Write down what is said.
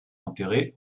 enterré